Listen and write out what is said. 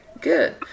good